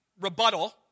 rebuttal